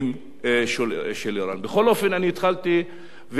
בכל אופן, אני התחלתי ואמרתי שהגנת העורף